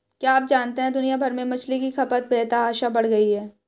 क्या आप जानते है दुनिया भर में मछली की खपत बेतहाशा बढ़ गयी है?